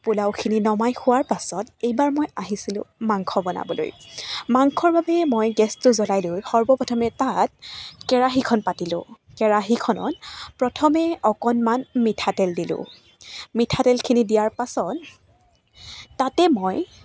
পোলাওখিনি নমাই হোৱাৰ পাছত এইবাৰ মই আহিছিলোঁ মাংখ বনাবলৈ মাংখৰ বাবে মই গেছটো জ্বলাই লৈ সৰ্বপ্ৰথমে তাত কেৰাহিখন পাতিলোঁ কেৰাহিখনত প্ৰথমে অকণমান মিঠাতেল দিলোঁ মিঠাতেলখিনি দিয়াৰ পাছত তাতে মই